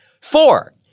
Four